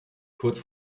kurz